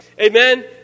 amen